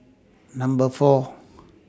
Number four